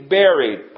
buried